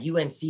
UNC